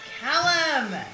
Callum